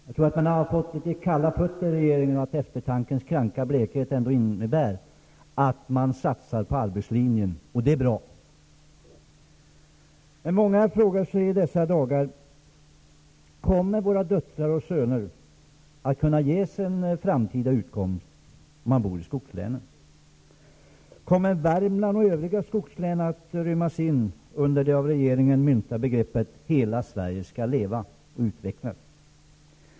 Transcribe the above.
Jag tror att regeringen har fått litet kalla fötter och att eftertankens kranka blekhet ändå innebär att man satsar på arbetslinjen. Det är bra. Många frågar sig i dessa dagar: Kommer våra döttrar och söner att kunna ges en framtida utkomst om de bor i skogslänen? Kommer Värmland och övriga skogslän att rymmas i det av regeringen myntade begreppet Hela Sverige skall leva och utvecklas?